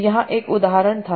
तो यहाँ एक उदाहरण था